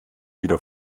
wieder